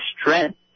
strength